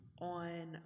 On